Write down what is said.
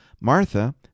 Martha